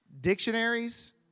dictionaries